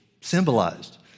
symbolized